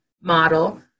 model